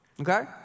okay